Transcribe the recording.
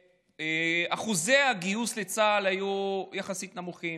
כשאחוזי הגיוס לצה"ל היו יחסית נמוכים,